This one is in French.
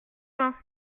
mains